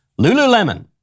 Lululemon